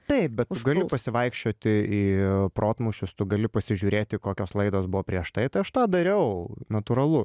taip bet tu galiu pasivaikščioti į protmūšius tu gali pasižiūrėti kokios laidos buvo prieš tai tai aš tą dariau natūralu